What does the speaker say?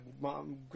mom